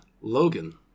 Logan